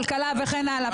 כלכלה וכן הלאה.